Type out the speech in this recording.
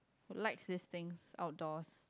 like this thing outdoors